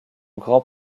grand